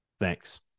Thanks